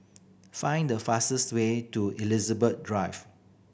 find the fastest way to Elizabeth Drive